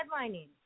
headlining